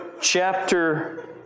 chapter